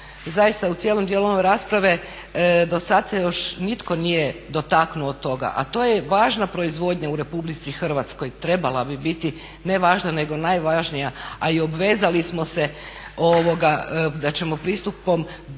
Zaista u cijelom dijelu ove rasprave do sada se još nitko nije dotaknuo toga a to je važna proizvodnja u Republici Hrvatskoj, trebala bi biti ne važna nego najvažnija. A i obvezali smo se da ćemo pristupom, do